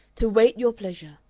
to wait your pleasure,